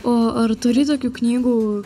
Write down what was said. o ar turi tokių knygų